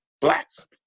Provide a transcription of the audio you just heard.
blacks